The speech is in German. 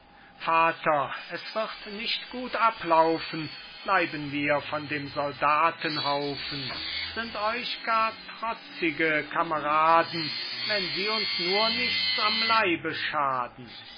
vater es wird nicht gut ablaufen bleiben wir von dem soldatenhaufen sind euch gar trotzige kameraden wenn sie uns nur nichts am leibe schaden